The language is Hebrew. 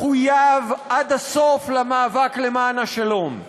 מחויב עד הסוף למאבק למען השלום.